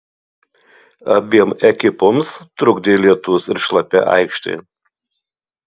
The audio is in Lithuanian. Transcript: abiem ekipoms trukdė lietus ir šlapia aikštė